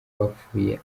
bapfuye